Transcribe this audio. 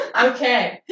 Okay